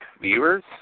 viewers